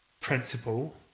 principle